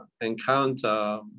encounter